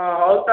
ହଁ ହଉ